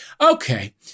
Okay